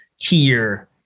tier